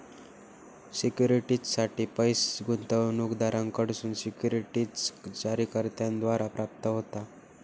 सिक्युरिटीजसाठी पैस गुंतवणूकदारांकडसून सिक्युरिटीज जारीकर्त्याद्वारा प्राप्त होता